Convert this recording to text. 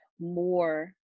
more